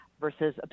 versus